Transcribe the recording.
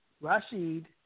Rashid